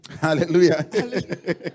Hallelujah